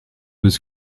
was